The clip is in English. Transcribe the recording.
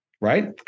right